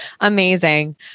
amazing